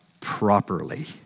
properly